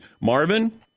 Marvin